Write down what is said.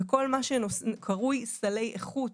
כל מה שנקרא סלי איכות,